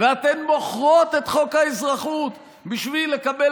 ואתן מוכרות את חוק האזרחות בשביל לקבל,